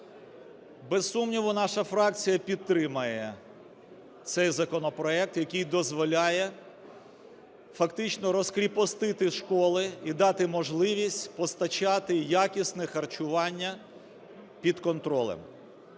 Без сумніву, наша фракція підтримає цей законопроект, який дозволяє фактично розкріпостити школи і дати можливість постачати якісне харчування під контролем.